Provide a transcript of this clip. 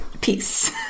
Peace